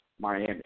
Miami